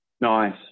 nice